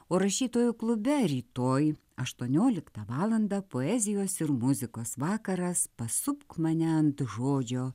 o rašytojų klube rytoj aštuonioliktą valandą poezijos ir muzikos vakaras pasupk mane ant žodžio